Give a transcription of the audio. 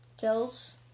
kills